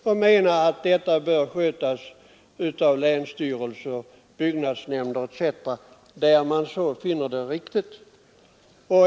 De menar att den frågan bör avgöras av länsstyrelser, byggnadsnämnder etc.